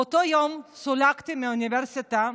באותו יום סולקתי מהאוניברסיטה.